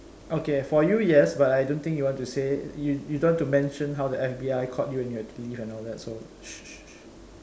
okay for you yes but I don't think you want to say you you don't want to mention how the F_B_I caught you in your and all that so